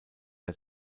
der